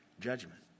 judgment